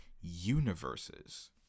universes